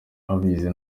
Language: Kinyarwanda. abize